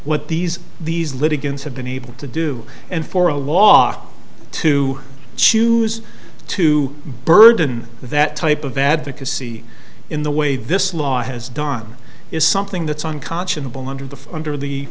what these these litigants have been able to do and for a law to choose to burden that type of advocacy in the way this law has done is something that's unconscionable under the under the